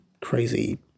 crazy